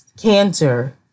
Cancer